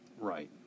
Right